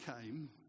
came